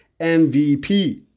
MVP